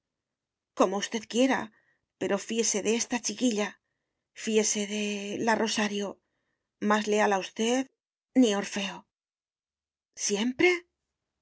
como usted quiera pero fíese de esta chiquilla fíese de la rosario más leal a usted ni orfeo siempre